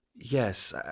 Yes